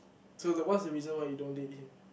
so the what's the reason why you don't date him